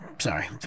Sorry